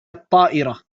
الطائرة